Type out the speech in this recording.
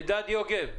אלדד יוגב,